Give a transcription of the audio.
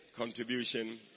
contribution